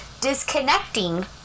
disconnecting